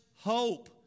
hope